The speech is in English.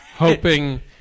hoping